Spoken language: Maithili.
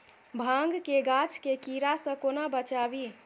भांग केँ गाछ केँ कीड़ा सऽ कोना बचाबी?